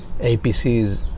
APCs